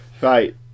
right